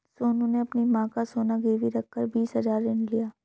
सोनू ने अपनी मां का सोना गिरवी रखकर बीस हजार ऋण लिया